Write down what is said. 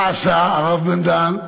מה עשה, הרב בן-דהן?